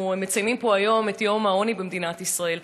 אנחנו מציינים פה היום את יום המאבק בעוני במדינת ישראל.